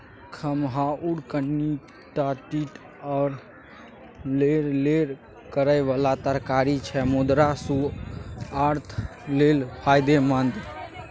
खमहाउर कनीटा तीत आ लेरलेर करय बला तरकारी छै मुदा सुआस्थ लेल फायदेमंद